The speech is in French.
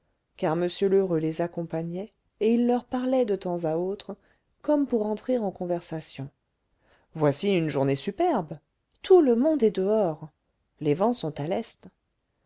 car m lheureux les accompagnait et il leur parlait de temps à autre comme pour entrer en conversation voici une journée superbe tout le monde est dehors les vents sont à l'est